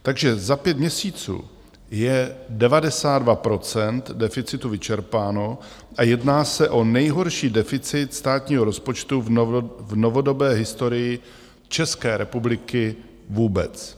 Takže za pět měsíců je 92 % deficitu vyčerpáno a jedná se o nejhorší deficit státního rozpočet v novodobé historii České republiky vůbec.